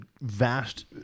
vast